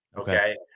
Okay